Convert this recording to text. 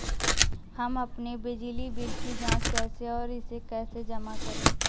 हम अपने बिजली बिल की जाँच कैसे और इसे कैसे जमा करें?